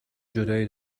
جدایی